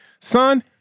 son